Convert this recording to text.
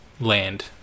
land